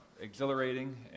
exhilarating